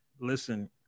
Listen